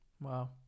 Wow